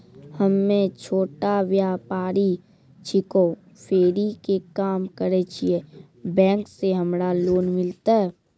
हम्मे छोटा व्यपारी छिकौं, फेरी के काम करे छियै, बैंक से हमरा लोन मिलतै?